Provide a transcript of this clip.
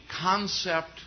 concept